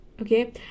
Okay